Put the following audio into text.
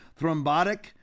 thrombotic